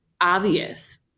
obvious